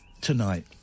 tonight